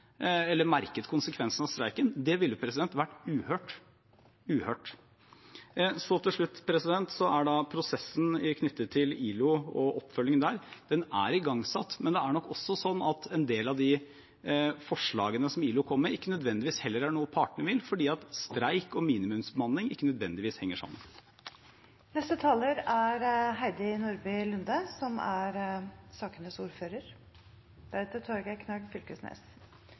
eller merket konsekvensene av streiken. Det ville vært uhørt. Til slutt: Prosessen knyttet til ILO og oppfølgingen der er igangsatt. Men det er nok også sånn at en del av de forslagene som ILO kom med, ikke nødvendigvis heller er noe partene vil, fordi streik og minimumsbemanning ikke nødvendigvis henger sammen.